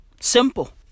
Simple